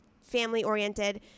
family-oriented